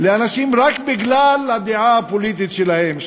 לאנשים רק בגלל הדעה הפוליטית שלהם,